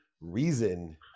reason